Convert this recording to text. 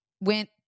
went